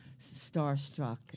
starstruck